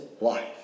life